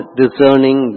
discerning